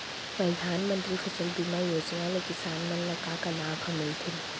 परधानमंतरी फसल बीमा योजना ले किसान मन ला का का लाभ ह मिलथे?